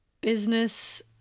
business